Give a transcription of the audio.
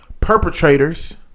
perpetrators